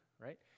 right